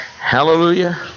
Hallelujah